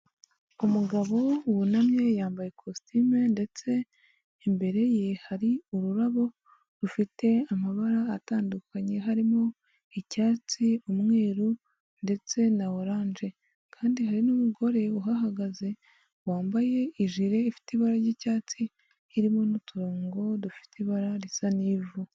Umugabo wunamye yambaye ikositimu ye ndetse imbere ye hari ururabo rufite amabara atandukanye harimo; icyatsi, umweru ndetse na orange. Kandi hari n'umugore uhahagaze wambaye ijire ifite ibara ry'icyatsi irimo n'uturongo dufite ibara risa n'ivu.